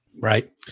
Right